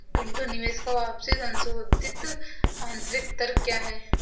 पिंटू निवेश का वापसी संशोधित आंतरिक दर क्या है?